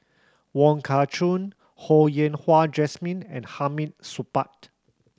Wong Kah Chun Ho Yen Wah Jesmine and Hamid Supaat